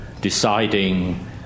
deciding